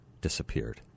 disappeared